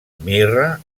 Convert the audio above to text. mirra